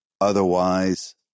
Otherwise